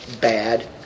bad